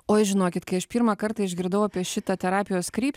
oi žinokit kai aš pirmą kartą išgirdau apie šitą terapijos kryp